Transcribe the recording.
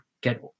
get